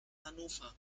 hannover